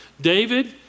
David